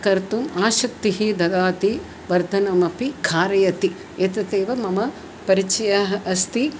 कर्तुम् आसक्तिः ददाति वर्द्धनमपि कारयति एतदेव मम परिचयः अस्ति